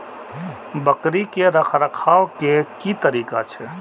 बकरी के रखरखाव के कि तरीका छै?